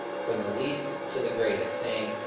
from the least to the greatest, saying,